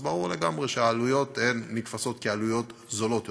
אז ברור לגמרי שהעלויות נתפסות כעלויות נמוכות יותר.